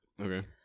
Okay